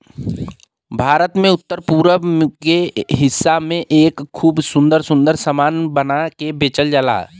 भारत के उत्तर पूरब के हिस्सा में एकर खूब सुंदर सुंदर सामान बना के बेचल जाला